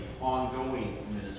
ongoing